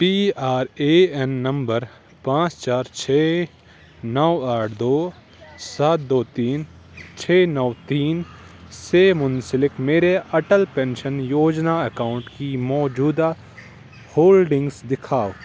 P R A N نمبر پانچ چار چھ نو آٹھ دو سات دو تین چھ نو تین سے منسلک میرے اٹل پینشن یوجنا اکاؤنٹ کی موجودہ ہولڈنگز دکھاؤ